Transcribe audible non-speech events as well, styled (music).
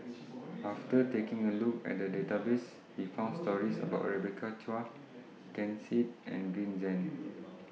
(noise) after taking A Look At The Database We found stories about Rebecca Chua Ken Seet and Green Zeng